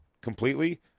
completely